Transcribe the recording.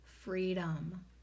freedom